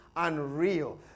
unreal